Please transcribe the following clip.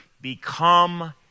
become